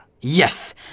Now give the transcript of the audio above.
Yes